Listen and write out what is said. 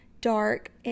dark